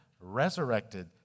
resurrected